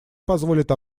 позволит